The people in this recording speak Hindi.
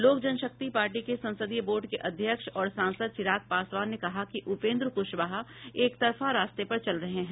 लोक जन शक्ति पार्टी के संसदीय बोर्ड के अध्यक्ष और संसाद चिराग पासवान ने कहा कि उपेन्द्र कुशवाहा एकतरफा रास्ते पर चल रहे हैं